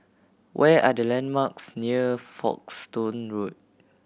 where are the landmarks near Folkestone Road